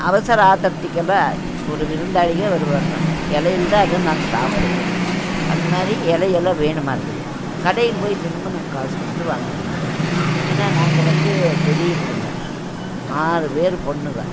அவசர ஆத்திரத்துக்கெல்லாம் ஒரு விருந்தாளிங்க வருவாங்க இல்லையில் தான் அதுவும் நாங்கள் சாப்பிடுவோம் அந்தமாதிரி இலையெல்லாம் வேணுமா இருக்குது கடையில் போய் தினமும் நாங்க காசு கொடுத்து வாங்க முடியாது ஏன்னா நாங்கள் வந்து பெரிய குடும்பம் ஆறு பேர் பொண்ணுக